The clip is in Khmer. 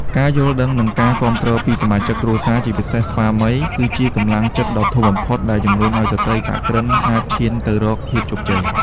ការយល់ដឹង និងការគាំទ្រពីសមាជិកគ្រួសារ ជាពិសេសស្វាមី គឺជាកម្លាំងចិត្តដ៏ធំបំផុតដែលជំរុញឱ្យស្ត្រីសហគ្រិនអាចឈានទៅរកភាពជោគជ័យ។